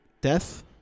death